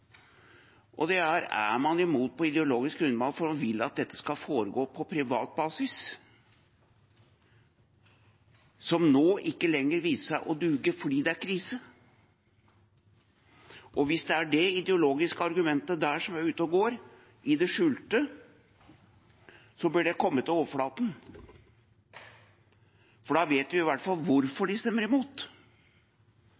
og det er: Er man imot på ideologisk grunnlag fordi man vil at dette skal foregå på privat basis, som nå ikke lenger viser seg å duge fordi det er krise? Hvis det er det ideologiske argumentet som er ute og går i det skjulte, bør det komme til overflaten. Da vet vi i hvert fall